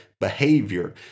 behavior